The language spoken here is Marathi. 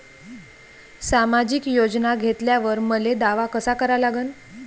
सामाजिक योजना घेतल्यावर मले दावा कसा करा लागन?